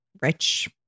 rich